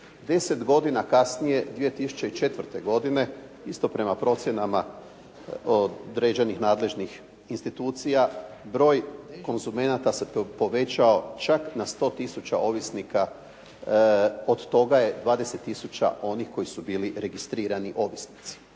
10 godina kasnije 2004. godine, isto prema procjenama određenih nadležnih institucija, broj konzumenata se povećao čak na 100 tisuća ovisnika. Od toga je 20 tisuća onih koji su bili registrirani ovisnici.